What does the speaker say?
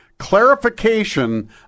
clarification